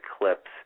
eclipse